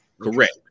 correct